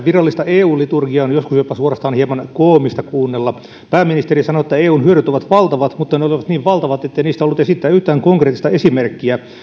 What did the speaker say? virallista eu liturgiaa on joskus suorastaan jopa hieman koomista kuunnella pääministeri sanoi että eun hyödyt ovat valtavat mutta ne olivat niin valtavat ettei niistä ollut esittää yhtään konkreettista esimerkkiä